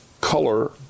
color